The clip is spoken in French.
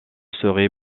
serait